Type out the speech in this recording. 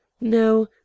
no